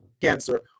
cancer